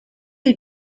who